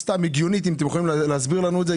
סתם הגיונית אם אתם יכולים להסביר לנו את זה,